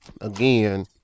Again